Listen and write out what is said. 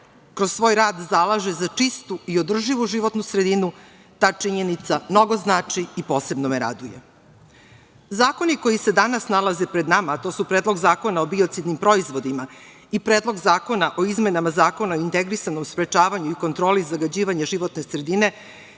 kroz svoj rad zalaže za čistu i održivu životnu sredinu ta činjenica mnogo znači i posebno me raduje. Zakoni koji se danas nalaze pred nama, a to su Predlog zakona o biocidnim proizvodima i Predlog zakona o izmenama Zakona o integrisanom sprečavanju i kontroli zagađivanja životne sredine,